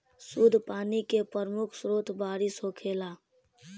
शुद्ध पानी के प्रमुख स्रोत बारिश होखेला